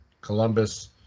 Columbus